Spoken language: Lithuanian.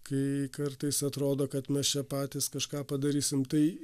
kai kartais atrodo kad mes čia patys kažką padarysim tai